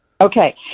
Okay